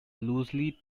loosely